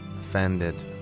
Offended